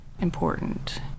important